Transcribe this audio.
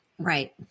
Right